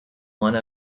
one